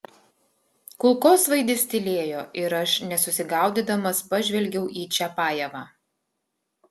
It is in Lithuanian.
kulkosvaidis tylėjo ir aš nesusigaudydamas pažvelgiau į čiapajevą